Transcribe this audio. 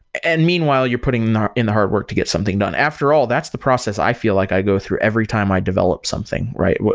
and meanwhile, you're putting in the hard work to get something done. after all, that's the process i feel like i go through every time i develop something, right?